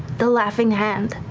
the laughing hand.